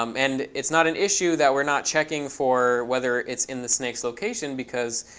um and it's not an issue that we're not checking for whether it's in the snake's location, because,